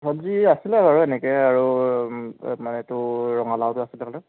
চবজি আছিলে বাৰু এনেকৈ আৰু মানে এই তোৰ ৰঙালাওটো আছিলে হ'লে